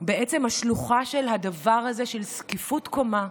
בעצם השלוחה של הדבר הזה, זקיפות קומה,